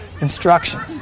instructions